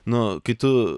nu kai tu